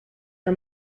for